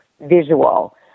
visual